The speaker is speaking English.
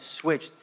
switched